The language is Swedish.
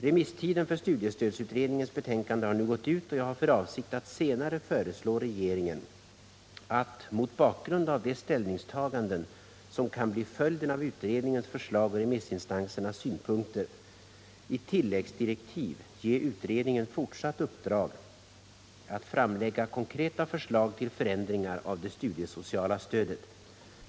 Remisstiden för studiestödsutredningens betänkande har nu gått ut, och jag har för avsikt att senare föreslå regeringen att, mot bakgrund av de ställningstaganden som kan bli följden av utredningens förslag och remissinstansernas synpunkter, i tilläggsdirektiv ge utredningen fortsatt uppdrag att framlägga konkreta förslag till förändringar av det studiesociala stödet.